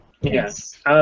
Yes